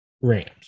Rams